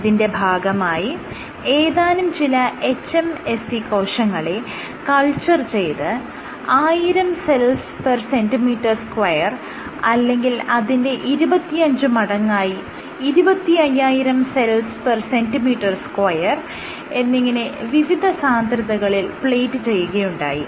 ഇതിന്റെ ഭാഗമായി ഏതാനും ചില hMSC കോശങ്ങളെ കൾച്ചർ ചെയ്ത് 1000 സെൽസ്cm2 അല്ലെങ്കിൽ അതിന്റെ 25 മടങ്ങായി 25000 സെൽസ്cm2 എന്നിങ്ങനെ വിവിധ സാന്ദ്രതകളിൽ പ്ലേറ്റ് ചെയ്യുകയുണ്ടായി